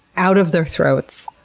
out of their throats.